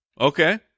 Okay